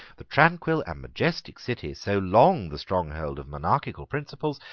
the tranquil and majestic city, so long the stronghold of monarchical principles,